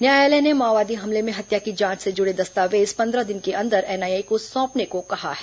न्यायालय ने माओवादी हमले में हत्या की जांच से जुड़े दस्तावेज पंद्रह दिन के अंदर एनआईए को सौंपने को कहा है